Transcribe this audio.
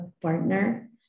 partner